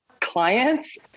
clients